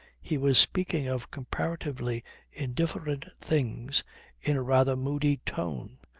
he was speaking of comparatively indifferent things in a rather moody tone,